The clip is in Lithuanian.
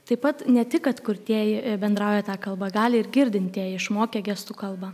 taip pat ne tik kad kurtieji bendrauja ta kalba gali ir girdintieji išmokę gestų kalbą